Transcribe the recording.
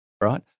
right